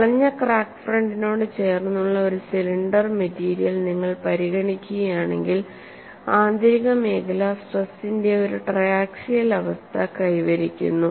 വളഞ്ഞ ക്രാക്ക് ഫ്രണ്ടിനോട് ചേർന്നുള്ള ഒരു സിലിണ്ടർ മെറ്റീരിയൽ നിങ്ങൾ പരിഗണിക്കുകയാണെങ്കിൽ ആന്തരിക മേഖല സ്ട്രെസിന്റെ ഒരു ട്രയാക്സിയൽ അവസ്ഥ കൈവരിക്കുന്നു